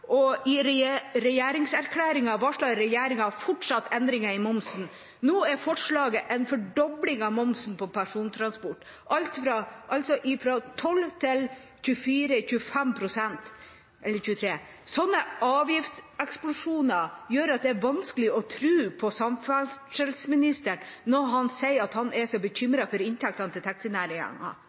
12 pst. I regjeringserklæringen varslet regjeringa fortsatt endringer i momsen. Nå er forslaget en fordobling av moms på persontransport, altså fra 12 pst. til 23 eller 25 pst. Sånne avgiftseksplosjoner gjør det vanskelig å tro på samferdselsministeren når han sier at han er bekymret for inntekten til taxinæringen. Når regjeringa gjør det så lett for